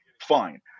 Fine